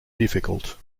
difficult